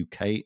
UK